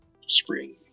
spring